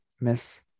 Miss